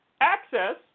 access